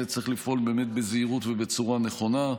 צריך לפעול באמת בזהירות ובצורה נכונה.